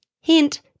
Hint